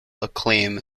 acclaim